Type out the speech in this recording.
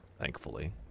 thankfully